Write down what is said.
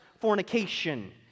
fornication